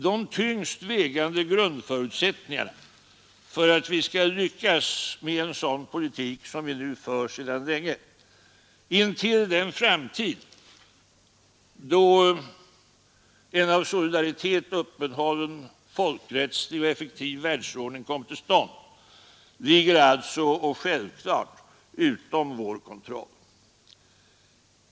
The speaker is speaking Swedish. De tyngst vägande grundförutsättningarna för att vi skall kunna lyckas med en sådan politik som vi nu sedan länge för, till den framtid då en av solidaritet uppehållen folkrättslig och effektiv världsordning kommer till stånd ligger alltså, och självklart, utom vår egen kontroll.